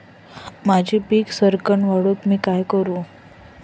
माझी पीक सराक्कन वाढूक मी काय करू?